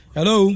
Hello